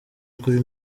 kuri